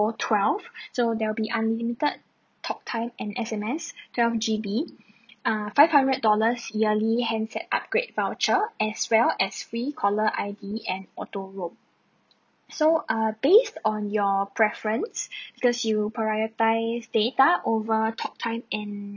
twelve so there'll be unlimited talk time and S_M_S twelve G_B err five hundred dollars yearly handset upgrade voucher as well as free caller I_D and auto roam so err based on your preference because you prioritise data over talk time and